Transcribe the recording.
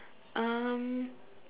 um